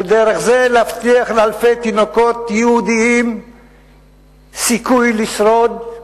ודרך זה להבטיח לאלפי תינוקות יהודים סיכוי לשרוד,